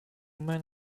men